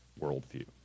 worldview